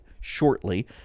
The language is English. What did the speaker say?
shortly